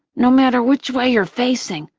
no matter which way you're facing.